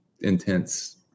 intense